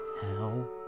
hell